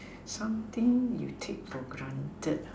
something you take for granted